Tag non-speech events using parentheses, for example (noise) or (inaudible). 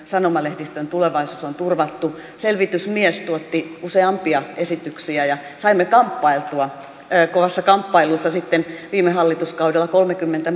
(unintelligible) sanomalehdistön tulevaisuus on turvattu selvitysmies tuotti useampia esityksiä ja saimme kamppailtua kovassa kamppailussa sitten viime hallituskaudella kolmekymmentä (unintelligible)